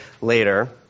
later